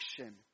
action